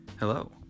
Hello